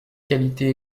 qualité